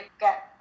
get